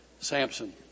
Samson